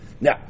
Now